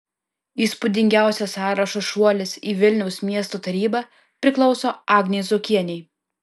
įspūdingiausias sąrašo šuolis į vilniaus miesto tarybą priklauso agnei zuokienei